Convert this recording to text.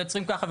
מייצרים ככה,